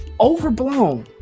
overblown